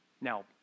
Now